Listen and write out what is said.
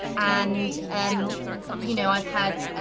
and um you know i've had